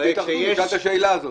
הם יתאחדו, תשאל את השאלה הזאת.